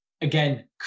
again